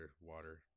water